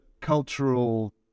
cultural